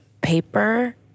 paper